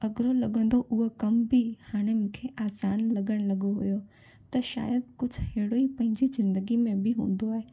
अॻिरो लॻंदो उहा कम बि हाणे मूंखे आसानु लॻणु लॻो हुओ त शायदि कुझु अहेड़ी पंहिंजी ज़िंदगी में बि हूंदो आहे